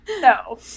No